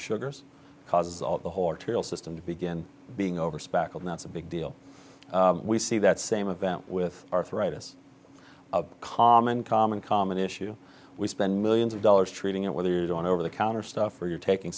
sugars causes all the horror tiriel system to begin being over spackle that's a big deal we see that same event with arthritis a common common common issue we spend millions of dollars treating it whether it's on over the counter stuff or you're taking